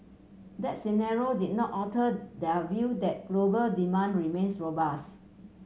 that scenario did not alter their view that global demand remains robust